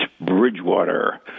Bridgewater